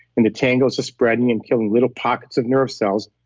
and the tangles are spreading and killing little pockets of nerve cells,